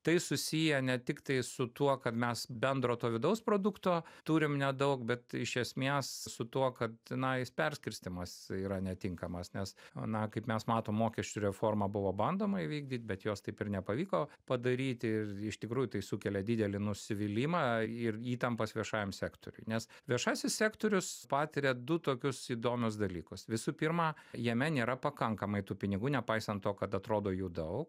tai susiję ne tiktai su tuo kad mes bendro to vidaus produkto turim nedaug bet iš esmės su tuo kad tenais perskirstymas yra netinkamas nes na kaip mes matom mokesčių reformą buvo bandoma įvykdyt bet jos taip ir nepavyko padaryti ir iš tikrųjų tai sukelia didelį nusivylimą ir įtampas viešajam sektoriui nes viešasis sektorius patiria du tokius įdomius dalykus visų pirma jame nėra pakankamai tų pinigų nepaisant to kad atrodo jų daug